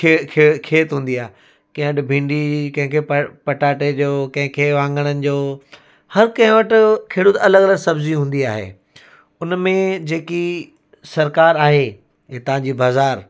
खे खे खेत हूंदी आहे कंहिं वटि भींडी कंहिंखे प पटाटे जो कंहिंखे वाङणनि जो हर कंहिं वटि खेड़ूत अलॻि अलॻि सब्ज़ी हूंदी आहे उन में जेकी सरकार आहे हितां जी बाज़ारि